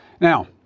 Now